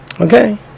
Okay